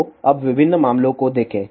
तो अब विभिन्न मामलों को देखें